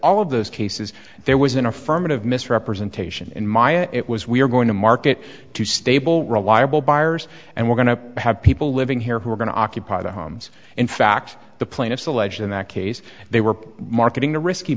all of those cases there was an affirmative misrepresentation in my it was we are going to market to stable reliable buyers and we're going to have people living here who are going to occupy the homes in fact the plaintiffs allege in that case they were marketing a risky